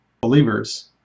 believers